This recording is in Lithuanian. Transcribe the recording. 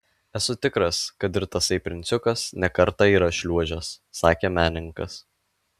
esu tikras kad ir tasai princiukas ne kartą yra šliuožęs sakė menininkas